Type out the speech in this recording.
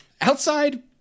outside